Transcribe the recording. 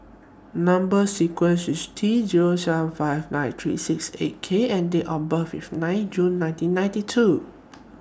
Number sequence IS T Zero seven five nine three six eight K and Date of birth IS nine June nineteen ninety two